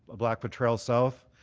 blackfoot trail south.